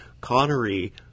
Connery